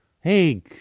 Hey